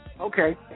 Okay